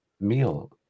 meal